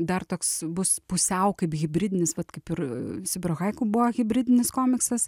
dar toks bus pusiau kaip hibridinis vat kaip ir sibiro haiku buvo hibridinis komiksas